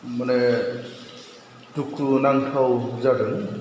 माने दुखु नांथाव जादों